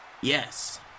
yes